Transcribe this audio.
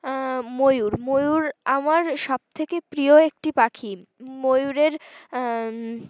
ময়ূর ময়ূর আমার সবথেকে প্রিয় একটি পাখি ময়ূরের